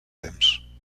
temps